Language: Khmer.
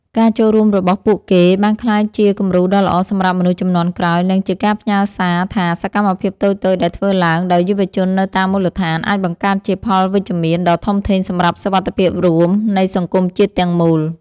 ការចូលរួមរបស់ពួកគេបានក្លាយជាគំរូដ៏ល្អសម្រាប់មនុស្សជំនាន់ក្រោយ និងជាការផ្ញើសារថា សកម្មភាពតូចៗដែលធ្វើឡើងដោយយុវជននៅតាមមូលដ្ឋាន អាចបង្កើតជាផលវិជ្ជមានដ៏ធំធេងសម្រាប់សុវត្ថិភាពរួមនៃសង្គមជាតិទាំងមូល។